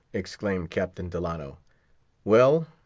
exclaimed captain delano well,